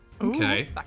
Okay